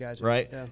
Right